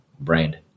brand